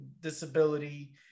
disability